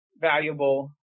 valuable